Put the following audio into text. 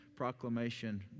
proclamation